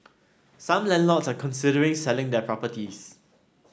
some landlords are considering selling their properties